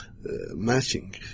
matching